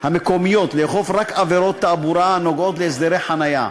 המקומיות לאכוף רק לגבי עבירות תעבורה הנוגעות להסדרי חניה.